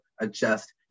adjust